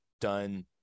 done